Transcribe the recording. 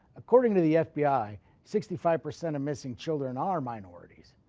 according to the fbi sixty five percent of missing children are minorities.